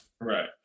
Right